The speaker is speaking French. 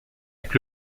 avec